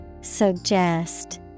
Suggest